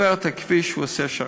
הוא עובר את הכביש והוא עושה שר"פ.